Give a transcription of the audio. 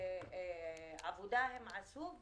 עבודה הן עשו.